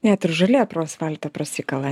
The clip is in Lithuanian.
net ir žolė pro asfaltą prasikala